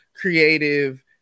creative